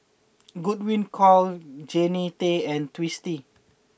Godwin Koay Jannie Tay and Twisstii